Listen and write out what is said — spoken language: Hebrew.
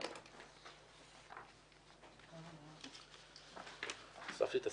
11:00.